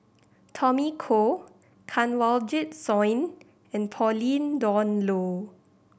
Tommy Koh Kanwaljit Soin and Pauline Dawn Loh